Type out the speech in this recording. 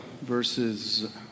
verses